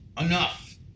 enough